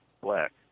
black